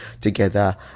together